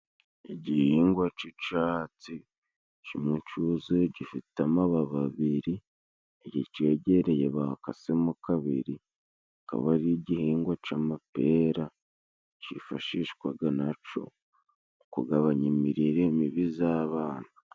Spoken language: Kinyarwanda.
Igihingwa c'icatsi kimwe cuzuye gifite amababi abiri, ikicegereye bakasemo kabiri, akaba ari igihingwa c'amapera cifashishwaga na co mu kugabanya imirire mibi z'abana.